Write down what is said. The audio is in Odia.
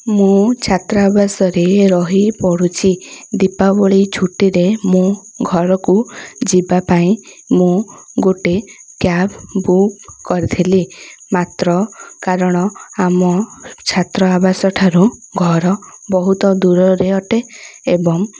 ମୁଁ ଛାତ୍ର ଆବାସରେ ରହି ପଢ଼ୁଛି ଦୀପାବଳି ଛୁଟିରେ ମୁଁ ଘରକୁ ଯିବାପାଇଁ ମୁଁ ଗୋଟେ କ୍ୟାବ୍ ବୁକ୍ କରିଥିଲି ମାତ୍ର କାରଣ ଆମ ଛାତ୍ର ଆବାସଠାରୁ ଘର ବହୁତ ଦୂରରେ ଅଟେ ଏବଂ